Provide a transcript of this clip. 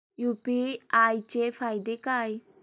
UPI चे फायदे काय?